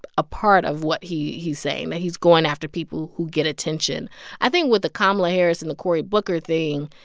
a part of what he's saying that he's going after people who get attention i think with the kamala harris and the cory booker thing,